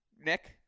Nick